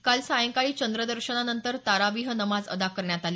काल सायंकाळी चंद्र दर्शनानंतर तरावीह नमाज अदा करण्यात आली